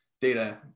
data